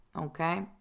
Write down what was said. okay